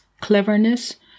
cleverness